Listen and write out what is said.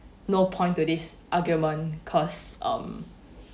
no point to this argument cause um